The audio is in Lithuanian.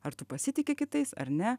ar tu pasitiki kitais ar ne